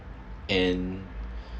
and